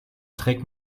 trägt